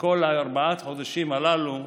וכל ארבעת החודשים הללו,